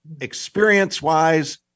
experience-wise